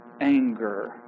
anger